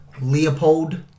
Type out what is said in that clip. Leopold